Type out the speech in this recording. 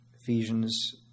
Ephesians